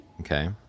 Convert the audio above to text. Okay